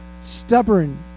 stubborn